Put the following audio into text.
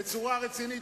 בצורה רצינית,